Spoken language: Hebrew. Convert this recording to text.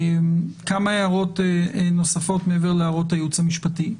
כמה הערות נוספות מעבר להערות הייעוץ המשפטי.